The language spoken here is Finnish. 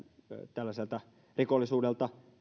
tällaiselta rikollisuudelta